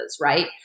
right